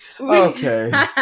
Okay